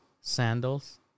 sandals